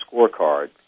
scorecard